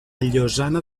llosana